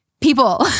people